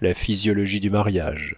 la physiologie du mariage